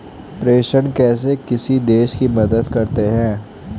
प्रेषण कैसे किसी देश की मदद करते हैं?